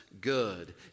good